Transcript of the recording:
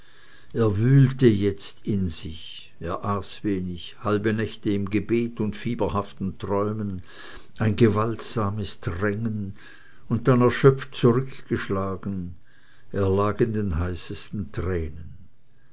er wühlte jetzt in sich er aß wenig halbe nächte im gebet und fieberhaften träumen ein gewaltsames drängen und dann erschöpft zurückgeschlagen er lag in den heißesten tränen